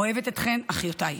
אוהבת אתכן, אחיותיי.